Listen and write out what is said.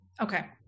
Okay